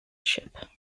ship